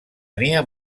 tenia